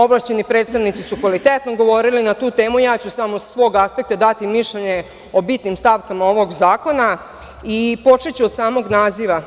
Ovlašćeni predstavnici su kvalitetno govori na tu temu, ja ću samo sa svog aspekta dati mišljenje o bitnim stavkama ovog zakona i počeću od samog naziva.